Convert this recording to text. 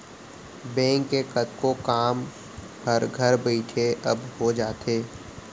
bank के कतको काम हर घर बइठे अब हो जाथे